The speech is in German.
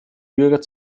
bürger